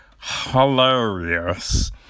hilarious